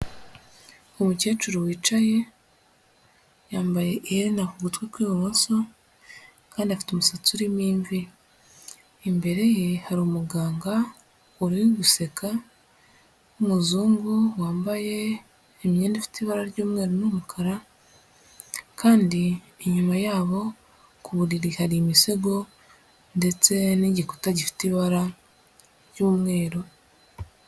Umukecuru wicaye yambaye iherena ku gutwi kw'ibumoso kandi afite umusatsi urimo imvi imbere ye hari umuganga uri guseka wumuzungu wambaye imyenda ifite ibara ry'umweru n'umukara kandi inyuma yabo ku buriri hari imisego ndetse n'igikuta gifite ibara ry'umweru.